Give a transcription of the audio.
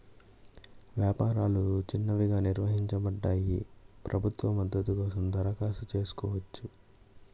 వ్యాపారాలు చిన్నవిగా నిర్వచించబడ్డాయి, ప్రభుత్వ మద్దతు కోసం దరఖాస్తు చేసుకోవచ్చు